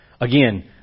Again